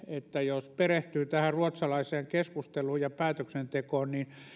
että jos perehtyy tähän ruotsalaiseen keskusteluun ja päätöksentekoon niin